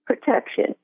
protection